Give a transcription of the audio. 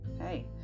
hey